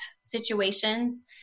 situations